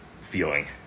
feeling